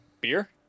Beer